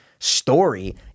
story